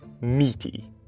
meaty